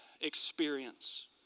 experience